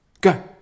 go